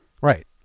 Right